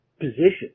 position